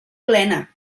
plena